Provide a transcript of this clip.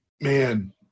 Man